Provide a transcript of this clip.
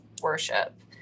worship